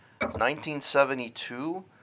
1972